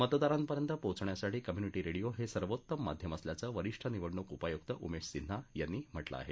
मतदारापर्यंत पोहोचण्यासाठी community radio हे सर्वोत्तम माध्यम असल्याचं वरीष्ठ निवडणूक उपायुक्त उमेश सिन्हा यांनी म्हटलं आहे